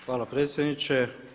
Hvala predsjedniče.